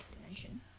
dimension